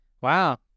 Wow